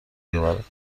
بیاورند